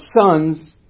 sons